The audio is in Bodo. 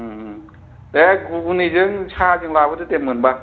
दे घुगुनिजों साहाजों लाबोदो दे मोनबा